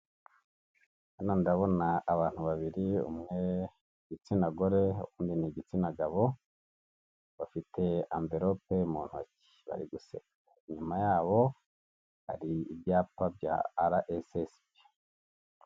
Hano ndabona abantu babiri, umwe w'igitsina gore, undi ni igitsina gabo bafite amverope mu ntoki bari guseka, inyuma yabo hari ibyapa bya aresesebi.